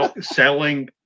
Selling